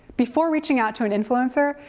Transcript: before reaching out to an influencer,